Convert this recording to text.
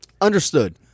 Understood